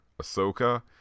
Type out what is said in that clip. Ahsoka